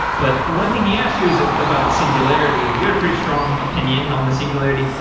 but one thing he asked you is about the singularity and you had a pretty strong opinion on the singularity.